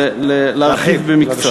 להרחיב במקצת.